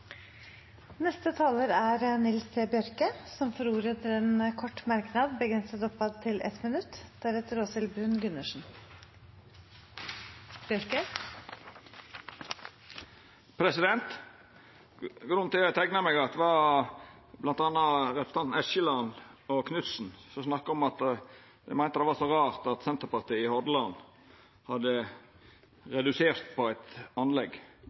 Nils T. Bjørke har hatt ordet to ganger og får ordet til en kort merknad, begrenset til 1 minutt. Grunnen til at eg teikna meg, var bl.a. at representantane Eskeland og Knutsen meinte det var så rart at Senterpartiet i Hordaland hadde redusert på eit anlegg.